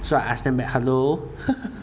so I asked them back hello